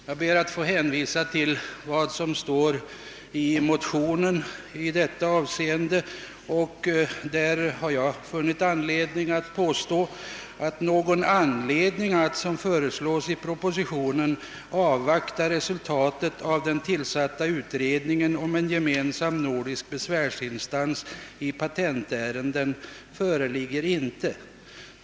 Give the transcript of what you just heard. Jag ber att få hänvisa till vad som i motionen säges i det avseendet: »Någon anledning att, som nu föreslås i propositionen, avvakta resultatet av den tillsatta utredningen om en gemensam nordisk besvärsinstans i patentärenden föreligger inte.